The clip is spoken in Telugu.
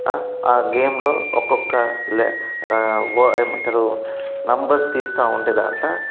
ఆ గేమ్లో ఒక్కొక్క ఏమంటారు నెంబర్స్ తీస్తు ఉంటే దాంట్లో